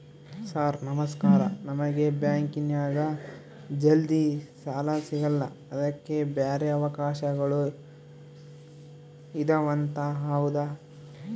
Sir ನಮಸ್ಕಾರ ನಮಗೆ ಬ್ಯಾಂಕಿನ್ಯಾಗ ಜಲ್ದಿ ಸಾಲ ಸಿಗಲ್ಲ ಅದಕ್ಕ ಬ್ಯಾರೆ ಅವಕಾಶಗಳು ಇದವಂತ ಹೌದಾ?